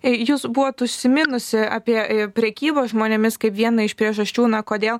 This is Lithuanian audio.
jūs buvot užsiminusi apie prekybą žmonėmis kaip vieną iš priežasčių kodėl